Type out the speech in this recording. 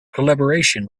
collaboration